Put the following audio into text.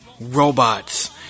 robots